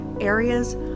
areas